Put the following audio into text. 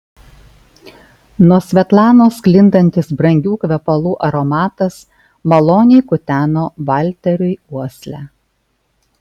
nuo svetlanos sklindantis brangių kvepalų aromatas maloniai kuteno valteriui uoslę